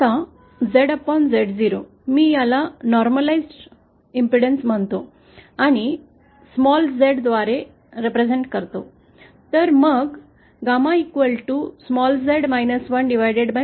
आता ZZ0 मी याला सामान्यीकृत प्रतिबाधा म्हणतो आणि z द्वारे प्रतिनिधित्व करतो